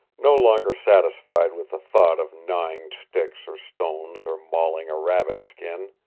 no longer satisfied with the thought of gnawing sticks or stones or mauling a rabbit skin.